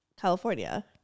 California